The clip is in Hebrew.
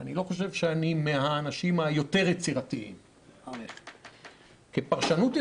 ואני לא חושב שאני מהאנשים היותר יצירתיים כפרשנות יצירתית,